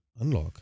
unlock